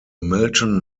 milton